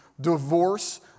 divorce